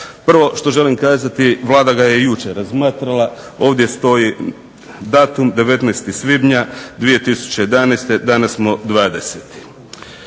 Prvo što želim kazati, Vlada ga je jučer razmatrala, ovdje stoji datum 19. svibnja 2011., danas smo 20.